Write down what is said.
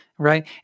right